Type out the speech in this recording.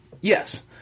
Yes